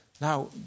Now